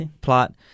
plot